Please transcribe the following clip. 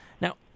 Now